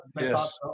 yes